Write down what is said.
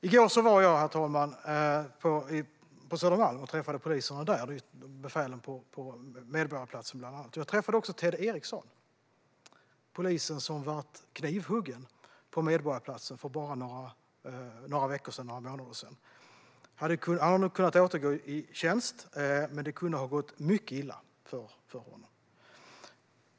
I går var jag på Södermalm och träffade poliser där, bland andra befälen på Medborgarplatsen. Jag träffade också Ted Eriksson, den polis som blev knivhuggen på Medborgarplatsen för ett par månader sedan. Han har nu kunnat återgå i tjänst. Men det kunde ha gått mycket illa för honom.